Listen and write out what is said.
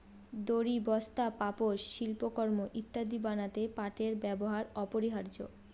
দড়ি, বস্তা, পাপোষ, শিল্পকর্ম ইত্যাদি বানাতে পাটের ব্যবহার অপরিহার্য